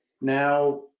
Now